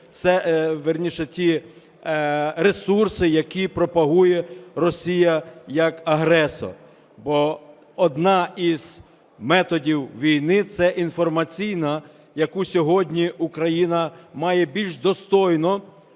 вірніше ті ресурси, які пропагує Росія як агресор. Бо одна із методів війни – це інформаційна, яку сьогодні Україна має більш достойно